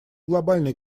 глобальный